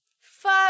Fuck